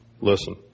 listen